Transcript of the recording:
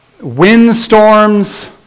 windstorms